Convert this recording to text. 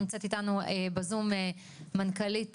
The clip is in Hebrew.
נמצאת איתנו בזום מנכ"לית